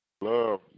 Love